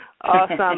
Awesome